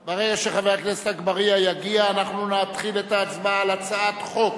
על הצעת חוק